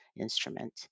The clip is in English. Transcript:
instrument